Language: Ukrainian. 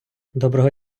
доброго